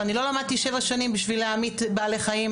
אני לא למדתי שבע שנים בשביל להמית בעלי חיים,